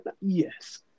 Yes